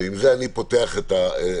ועם זה אני פותח את הדיון.